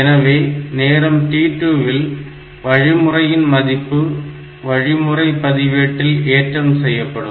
எனவே நேரம் t2 இல் வழிமுறையின் மதிப்பு வழிமுறை பதிவேட்டில் ஏற்றம் செய்யப்படும்